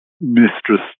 mistress